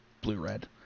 blue-red